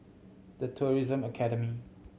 The Tourism Academy